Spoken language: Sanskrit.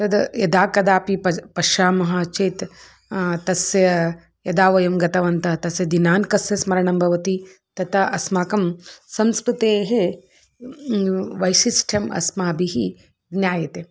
तद् यदा कदापि पश्यामः चेत् तस्य यदा वयं गतवन्तः तस्य दिनाङ्कस्य स्मरणं भवति तदा अस्माकं संस्कृतेः वैशिष्ट्यम् अस्माभिः ज्ञायते